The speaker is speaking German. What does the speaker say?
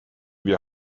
wir